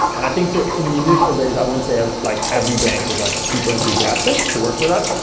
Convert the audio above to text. and i think, so in the initial days, i wouldn't say ah like every bank was like super enthusiastic to work with us.